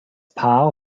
paar